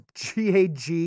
gag